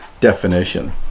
definition